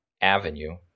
Avenue